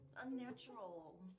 unnatural